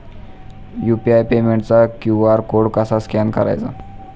UPI पेमेंटचा QR code कसा scan करायचा?